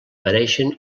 pareixen